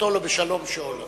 לא בשלום שאולה".